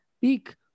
peak